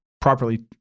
properly